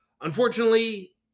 Unfortunately